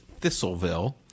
thistleville